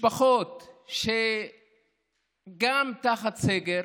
משפחות שהן גם תחת סגר